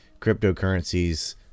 cryptocurrencies